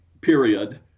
period